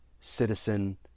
citizen